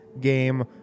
game